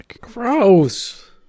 gross